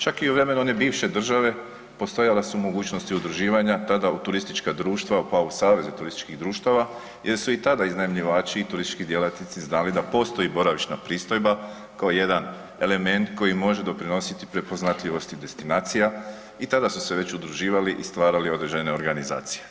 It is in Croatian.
Čak i u vremenu one bivše države postojala su mogućnosti udruživanja tada u turistička društva, pa u saveze turističkih društava jer su i tada iznajmljivači i turistički djelatnici znali da postoji boravišna pristojba kao jedan element koji može doprinositi prepoznatljivosti destinacija i tada su se već udruživali i stvarali određene organizacije.